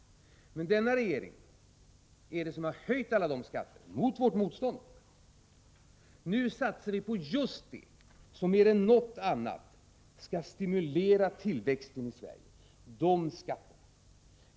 Men denna regering har höjt alla dessa skatter mot vårt motstånd. Nu satsar vi på just de skattesänkningar som mer än något annat skall stimulera tillväxten i Sverige.